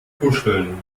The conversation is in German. kuscheln